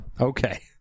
Okay